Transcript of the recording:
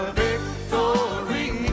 victory